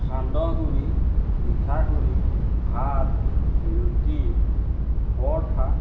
সান্দহ গুড়ি পিঠা গুড়ি ভাত ৰুটি পৰঠা